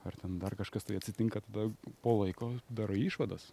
ar ten dar kažkas tai atsitinka tada po laiko darai išvadas